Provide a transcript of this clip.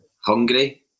hungry